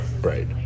Right